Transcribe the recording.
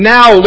Now